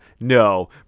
No